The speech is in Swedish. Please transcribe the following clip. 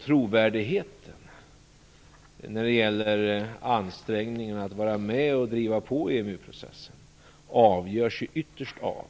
Trovärdigheten när det gäller ansträngningen att vara med och driva på EMU-processen avgörs således ytterst av